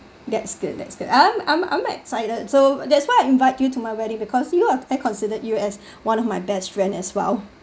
that's good that's good I'm I'm I'm excited so that's why I invite you to my wedding because you are I you considered you as one of my best friend as well